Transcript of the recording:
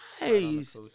Nice